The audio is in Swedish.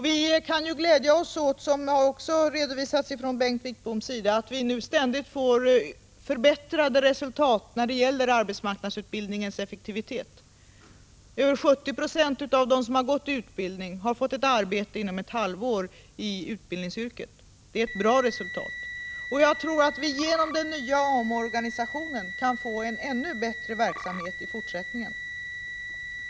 Vi kan ju glädjas åt, vilket också redovisades av Bengt Wittbom, att vi ständigt får förbättrade resultat när det gäller arbetsmarknadsutbildningens effektivitet. Över 70 Ze av dem som genomgått utbildningen har fått ett arbete i utbildningsyrket inom ett halvår. Det är ett bra resultat, och jag tror att vi genom den nya omorganisationen kan få en ännu bättre verksamhet i fortsättningen.